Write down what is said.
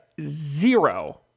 zero